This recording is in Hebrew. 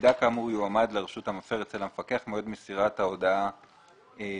מידע כאמור יועמד לרשות המפר אצל המפקח ממועד מסירת ההודעה כאמור.